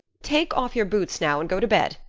take off your boots now and go to bed.